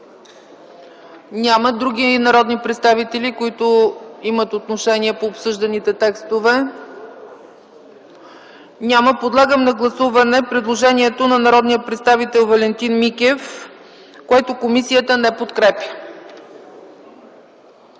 Няма. Други народни представители, които имат отношение по обсъжданите текстове? Няма. Подлагам на гласуване предложението на народния представител Валентин Микев, което комисията не подкрепя.